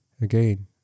again